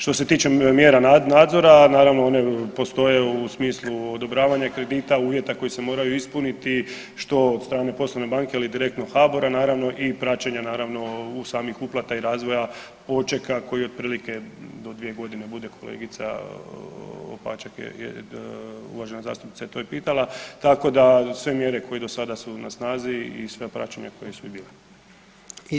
Što se tiče mjera nadzora naravno one postoje u smislu odobravanja kredita, uvjeti koji se moraju ispuniti što od strane poslovne banke ili direktno od HBOR-a i praćenja naravno samih uplata i razvoja počeka koji otprilike do 2 godine bude kolegica Opaček je, uvažena zastupnica je to i pitala, tako da sve mjere ko i do sada su na snazi i sva praćenja koja su i bila.